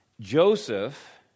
Joseph